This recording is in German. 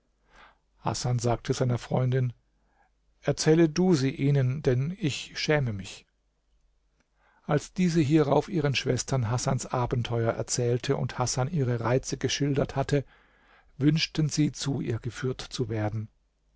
hasan sagte seiner freundin erzähle du sie ihnen denn ich schäme mich als diese hierauf ihren schwestern hasans abenteuer erzählte und hasan ihre reize geschildert hatte wünschten sie zu ihr geführt zu werden